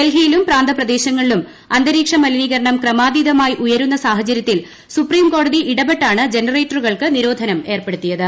ഡൽഹിയിലും പ്രാന്ത പ്രദേശങ്ങളിലും അന്തരീക്ഷ മലിനീകരണം ക്രമാതീതമായി ഉയരുന്ന സാഹചരൃത്തിൽ സുപ്രീംകോടതി ഇടപെട്ടാണ് ജനറേറ്ററുകൾക്ക് നിരോധനം ഏർപ്പെടുത്തിയത്